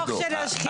חוק של שחיתות.